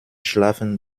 schlafen